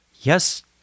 Yes